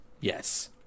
yes